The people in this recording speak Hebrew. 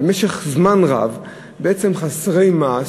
במשך זמן רב בעצם חסרי מעש,